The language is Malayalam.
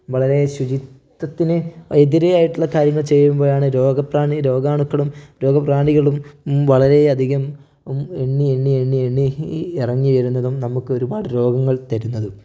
വളരെ ശുചിത്വത്തിന് എതിരെ ആയിട്ടുള്ള കാര്യങ്ങൾ ചെയ്യുമ്പോഴാണ് രോഗപ്രാണി രോഗാണുക്കളും രോഗപ്രാണികളും വളരെ അധികം എണ്ണി എണ്ണി എണ്ണി എണ്ണി എറങ്ങി വരുന്നതും നമുക്ക് ഒരുപാട് രോഗങ്ങൾ തരുന്നതും